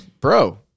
bro